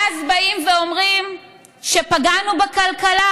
ואז באים ואומרים שפגענו בכלכלה.